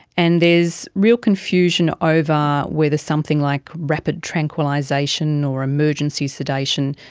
and there's real confusion over whether something like rapid tranquillisation or emergency sedation,